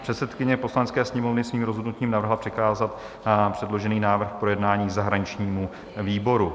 Předsedkyně Poslanecké sněmovny svým rozhodnutím navrhla přikázat předložený návrh k projednání zahraničnímu výboru.